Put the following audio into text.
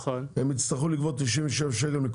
הם יצטרכו לגבות מכולם 97 שקל,